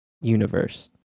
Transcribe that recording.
universe